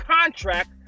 contract